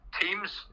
teams